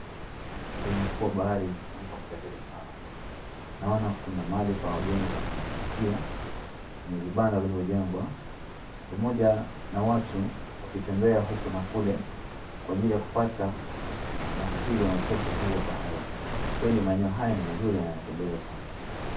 Kwenye ufuo wa bahari mahali pa kupendeza sana. Naona kuna mahali pa wageni kupumzikia kwenye vibanda vilivyojengwa pamoja na watu wakitembea huku na kule kwa ajili ya kupata na kupigwa na upepo huu wa bahari. Kweli maeneo haya ni mazuri na yanapendeza sana.